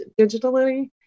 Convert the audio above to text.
digitally